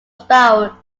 spiral